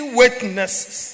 witnesses